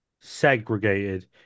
segregated